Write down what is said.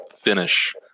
finish